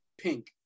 Pink